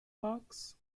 box